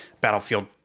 Battlefield